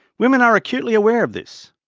women are acutely aware of this.